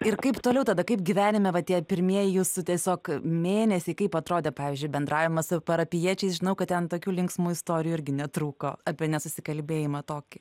ir kaip toliau tada kaip gyvenime va tie pirmieji jūsų tiesiog mėnesiai kaip atrodė pavyzdžiui bendravimas su parapijiečiais žinau kad ten tokių linksmų istorijų irgi netrūko apie nesusikalbėjimą tokį